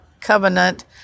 covenant